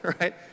right